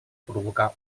provocar